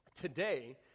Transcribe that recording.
Today